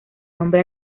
nombre